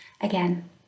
Again